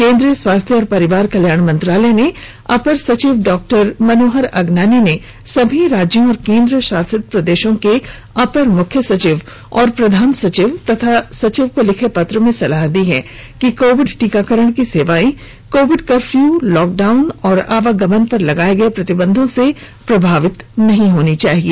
केन्द्रीय स्वास्थ्य और परिवार कल्याण मंत्रालय में अपर सचिव डॉक्टर मनोहर अगनानी ने सभी राज्यों और केन्द्र शासित प्रदेशों के अपर मुख्य सचिव और प्रधानसचिव तथा सचिव को लिखे पत्र में सलाह दी है कि कोविड टीकाकरण की सेवाएं कोविड कर्फ्यू लॉकडाउन और आवागमन पर लगाए गए प्रतिबंधों से प्रभावित नहीं होनी चाहिए